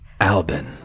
Albin